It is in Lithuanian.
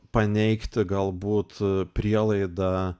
paneigti galbūt prielaidą